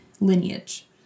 lineage